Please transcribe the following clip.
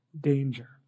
danger